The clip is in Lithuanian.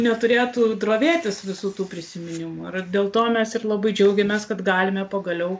neturėtų drovėtis visų tų prisiminimų ir dėl to mes ir labai džiaugiamės kad galime pagaliau